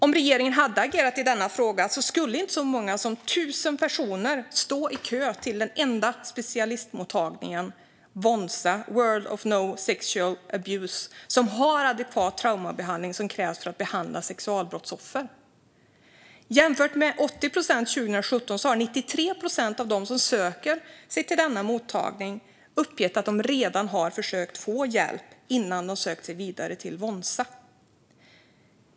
Om regeringen hade agerat i denna fråga skulle inte så många som 1 000 personer stå i kö till den enda specialistmottagningen - Wonsa, World of no sexual abuse - som har adekvat traumabehandling, som krävs för att behandla sexualbrottsoffer. Att jämföra med 80 procent 2017 är det i dag 93 procent av dem som söker sig till denna mottagning som uppger att de redan har försökt få hjälp innan de sökt sig vidare till Wonsa.